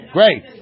Great